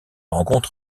rencontre